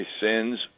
sins